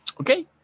Okay